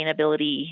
sustainability